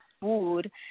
food